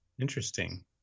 Interesting